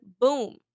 boom